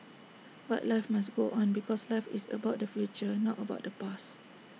but life must go on because life is about the future not about the past